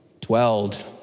dwelled